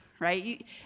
Right